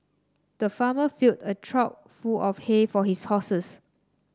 the farmer filled a full of hay for his horses